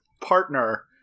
partner